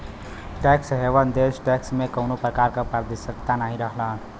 tax haven देश tax में कउनो प्रकार क पारदर्शिता नाहीं रखलन